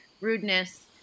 rudeness